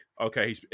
okay